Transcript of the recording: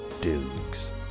dukes